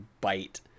bite